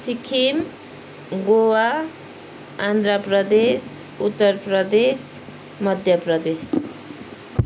Sikkim Goa Andhra Pradesh Uttar Pradesh Madhya Pradesh